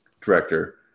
director